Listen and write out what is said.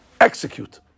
execute